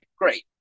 Great